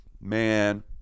Man